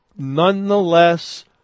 nonetheless